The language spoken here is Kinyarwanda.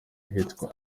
ahitwa